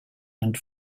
and